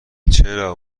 چرا